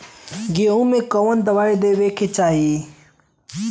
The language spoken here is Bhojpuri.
गेहूँ मे कवन दवाई देवे के चाही?